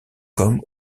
comme